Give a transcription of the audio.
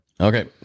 Okay